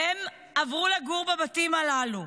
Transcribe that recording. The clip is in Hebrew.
והם עברו לגור בבתים הללו,